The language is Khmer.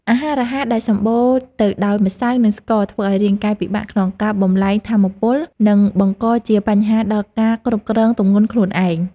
អាហាររហ័សដែលសម្បូរទៅដោយម្សៅ និងស្ករធ្វើឲ្យរាងកាយពិបាកក្នុងការបំប្លែងថាមពល និងបង្កជាបញ្ហាដល់ការគ្រប់គ្រងទម្ងន់ខ្លួនឯង។